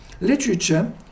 literature